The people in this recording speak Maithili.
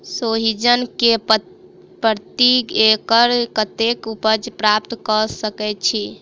सोहिजन केँ प्रति एकड़ कतेक उपज प्राप्त कऽ सकै छी?